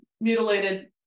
mutilated